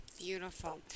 Beautiful